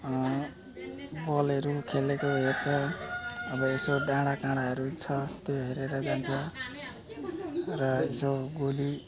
बलहरू खेलेको हेर्छ अब यसो डाँडा काँडाहरू छ त्यो हेरेर जान्छ र यसो गोली